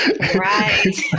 Right